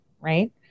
Right